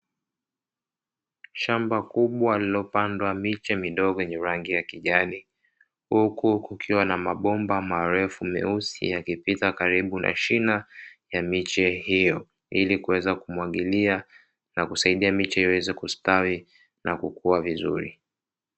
Shamba kubwa lililopandwa miche midogo yenye rangi ya kijani, huku kukiwa na mabomba marefu myeusi yaliopita karibu na shina ya miche hiyo ili kuweza kumwagilia na kusaidia miche iweze kustawi na kukua vizuri.